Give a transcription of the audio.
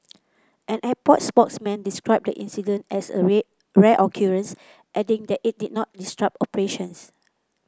an airport spokesman described the incident as a ray a rare occurrence adding that it did not disrupt operations